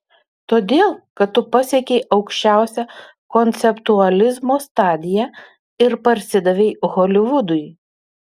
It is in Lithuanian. todėl kad tu pasiekei aukščiausią konceptualizmo stadiją ir parsidavei holivudui